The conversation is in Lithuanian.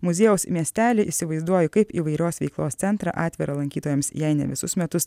muziejaus miestelį įsivaizduoju kaip įvairios veiklos centrą atvirą lankytojams jei ne visus metus